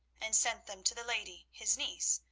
and sent them to the lady, his niece,